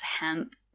hemp